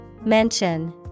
Mention